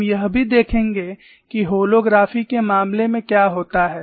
हम यह भी देखेंगे कि होलोग्राफी के मामले में क्या होता है